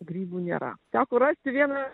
grybų nėra teko rasti vieną